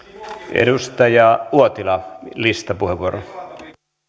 edustaja uotila listapuheenvuoro